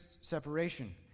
separation